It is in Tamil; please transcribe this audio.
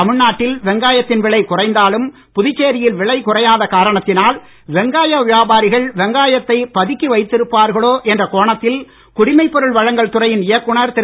தமிழ்நாட்டில் வெங்காயத்தின் விலை குறைந்தாலும் புதுச்சேரியில் விலை குறையாத காரணத்தினால் வெங்காய வியாபாரிகள் வெங்காயத்தை பதுக்கி வைத்திருப்பார்களோ என்ற கோணத்தில் குடிமைபொருள் வழங்கல் துறையின் இயக்குனர் திரு